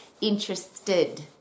Interested